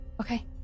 Okay